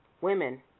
women